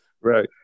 Right